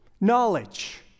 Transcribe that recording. knowledge